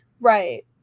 Right